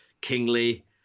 kingly